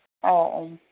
औ